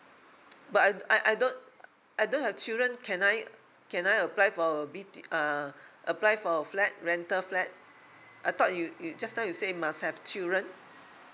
but I I I don't I don't have children can I can I apply for B T uh apply for a flat rental flat I thought you you just now you said must have children